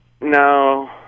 No